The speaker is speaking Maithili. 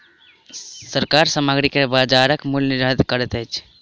सरकार सामग्री के बजारक मूल्य निर्धारित करैत अछि